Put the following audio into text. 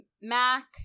Mac